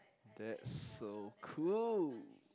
that's so cool